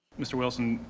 mr. wilson,